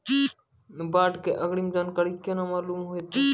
बाढ़ के अग्रिम जानकारी केना मालूम होइतै?